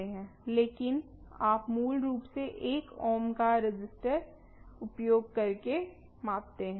लेकिन आप मूल रूप से एक ओम का रेजिस्टर उपयोग करके मापते हैं